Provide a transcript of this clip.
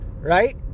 Right